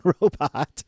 robot